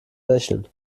lächeln